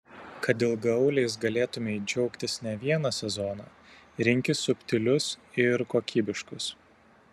kad ilgaauliais galėtumei džiaugtis ne vieną sezoną rinkis subtilius ir kokybiškus